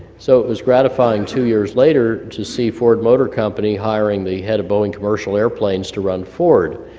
so it was gratifying two years later to see ford motor company hiring the head of boeing commercial airplanes to run ford.